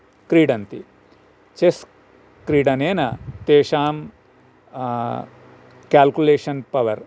क्रीडन्ति चेस् क्रीडनेन तेषां केल्कुलेषन् पवर्